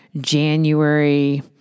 January